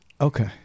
Okay